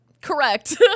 Correct